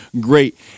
great